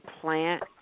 plant